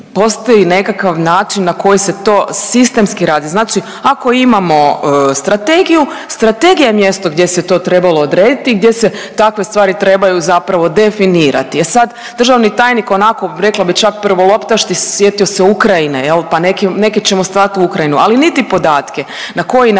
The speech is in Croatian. Postoji nekakav način na koji se to sistemski radi, znači ako imamo strategiju strategija je mjesto gdje se to trebalo odrediti i gdje se takve stvari trebaju zapravo definirati. E sad, državni tajnik onako rekla bi čak prvo …/Govornik se ne razumije/… sjetio se Ukrajine jel, pa neke, neke ćemo slat u Ukrajinu, ali niti podatke na koji način